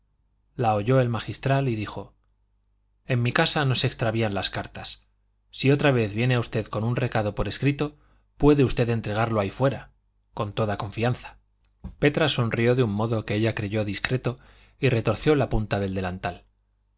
la oyó el magistral y dijo en mi casa no se extravían las cartas si otra vez viene usted con un recado por escrito puede usted entregarlo ahí fuera con toda confianza petra sonrió de un modo que ella creyó discreto y retorció una punta del delantal